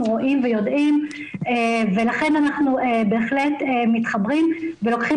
רואים ויודעים ולכן אנחנו בהחלט מתחברים ולוקחים